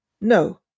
no